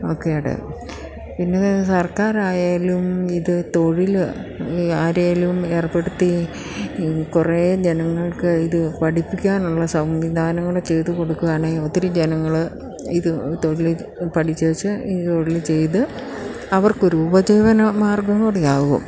ഓക്കെയായിട്ട് പിന്നെ സർക്കാരായാലും ഇത് തൊഴിൽ ഈ ആരെങ്കിലും ഏർപ്പെടുത്തി ഈ കുറേ ജനങ്ങൾക്ക് ഇത് പഠിപ്പിക്കാനുള്ള സംവിധാനങ്ങൾ ചെയ്തു കൊടുക്കുകയാണെങ്കിൽ ഒത്തിരി ജനങ്ങൾ ഇത് തൊഴിൽ പഠിച്ച് ഈ തൊഴിൽ ചെയ്തു അവർക്കൊരു ഉപജീവനമാർഗ്ഗം കൂടി ആവും